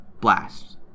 blast